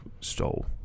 stole